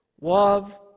Love